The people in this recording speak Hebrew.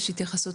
יש התייחסות,